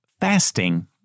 fasting